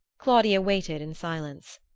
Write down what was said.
claudia waited in silence.